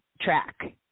track